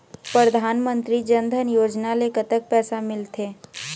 परधानमंतरी जन धन योजना ले कतक पैसा मिल थे?